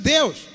Deus